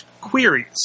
queries